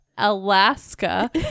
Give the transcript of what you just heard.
alaska